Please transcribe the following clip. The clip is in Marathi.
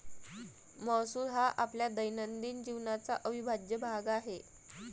महसूल हा आपल्या दैनंदिन जीवनाचा अविभाज्य भाग आहे